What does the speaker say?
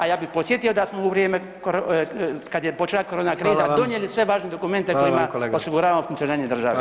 A ja bi podsjetio da smo u vrijeme kad je počela korona kriza [[Upadica: Hvala vam]] donijeli sve važne dokumente [[Upadica: Hvala vam kolega]] kojima osiguravamo funkcioniranje države.